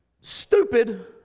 stupid